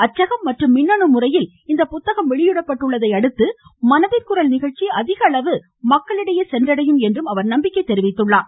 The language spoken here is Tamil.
அச்சகம் மற்றும் மின்னணு முறையில் இந்த புத்தகம் வெளியிடப்பட்டுள்ளதையடுத்து மனதின் குரல் நிகழ்ச்சி அதிக அளவு மக்களிடையே சென்றடையும் என்று அவர் நம்பிக்கை தெரிவித்தார்